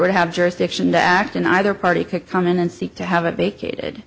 would have jurisdiction to act in either party could come in and seek to have it make